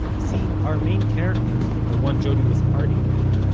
see, our main character, the one jody was parting with,